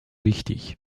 wichtig